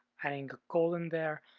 adding a colon there,